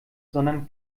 sondern